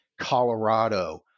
Colorado